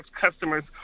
customers